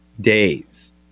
days